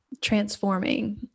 transforming